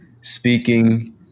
speaking